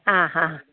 ആ ഹാ